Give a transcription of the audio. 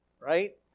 right